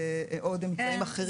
ועוד אמצעים אחרים.